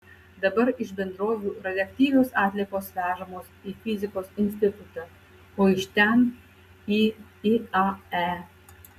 dabar iš bendrovių radioaktyvios atliekos vežamos į fizikos institutą o iš ten į iae